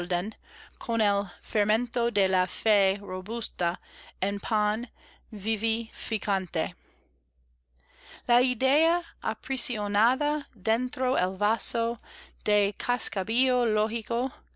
con el fermento de la fe robusta en pan vivificante la idea aprisionada dentro el vaso de cascabillo lógico